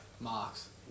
Marks